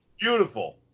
Beautiful